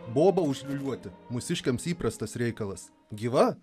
boba užsiliūliuoti mūsiškiams įprastas reikalas gyva